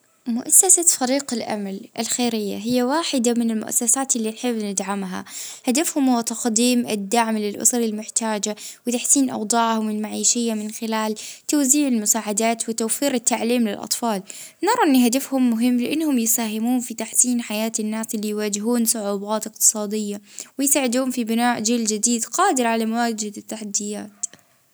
الهلال الأحمر اه يعجبني هلبا اه لأنهم يجوا يوقفوا مع الناس في أصعب الظروف وينقذوا في أرواح الناس في وجت الأزمات.